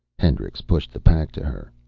hendricks pushed the pack to her.